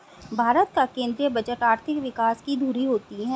भारत का केंद्रीय बजट आर्थिक विकास की धूरी होती है